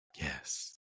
Yes